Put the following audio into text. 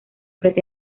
siempre